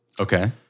Okay